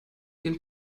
den